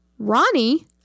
Ronnie